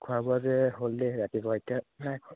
খোৱা বোৱা যে হ'ল দেই ৰাতিপুৱা এতিয়া নাইখোৱা